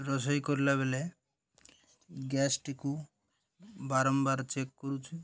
ରୋଷେଇ କଲାବେଳେ ଗ୍ୟାସ୍ଟିକୁ ବାରମ୍ବାର ଚେକ୍ କରୁଛୁ